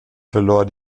verlor